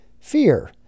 fear